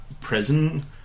prison